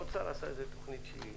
האוצר עשה תוכנית שהיא